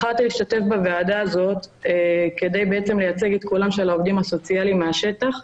בחרתי להשתתף בדיון כדי לייצג את קולם של העובדים הסוציאליים בשטח,